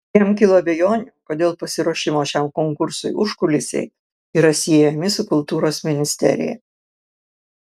jam kilo abejonių kodėl pasiruošimo šiam konkursui užkulisiai yra siejami su kultūros ministerija